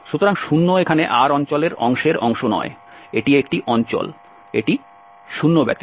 সুতরাং 0 এখানে R অঞ্চলের অংশের অংশ নয় এটি এই অঞ্চল কিন্তু এটি 0 ব্যতীত